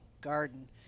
garden